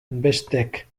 bestek